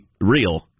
real